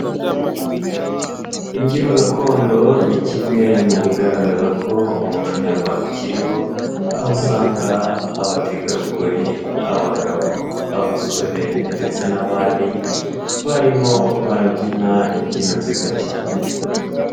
Imbyino gakondo ni kimwe mu bigaragaza ko umuco nyarwanda ukiriho, aho usanga abategarugori, abagabo, abasore ndetse n'abari, barimo barabyina imbyino nziza cyane.